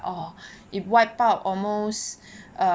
oh if wipe out almost